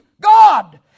God